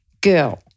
girl